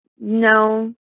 No